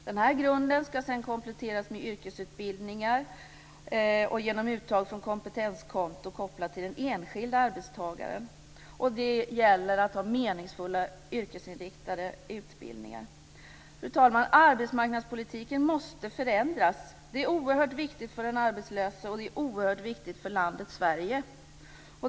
Den här grunden ska sedan kompletteras med yrkesutbildningar och genom uttag från ett kompetenskonto kopplat till den enskilda arbetstagaren. Det gäller att ha meningsfulla yrkesinriktade utbildningar. Fru talman! Arbetsmarknadspolitiken måste förändras. Det är oerhört viktigt för den arbetslösa, och det är oerhört viktigt för landet Sverige.